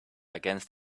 against